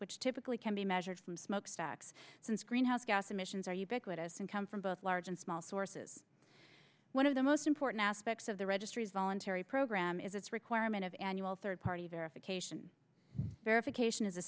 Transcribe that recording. which typically can be measured from smokestacks since greenhouse gas emissions are ubiquitous and come from both large and small sources one of the most important aspects of the registries voluntary program is its requirement of annual third party verification verification is a